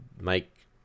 make